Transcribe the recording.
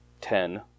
ten